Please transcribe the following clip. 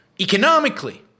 Economically